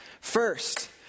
First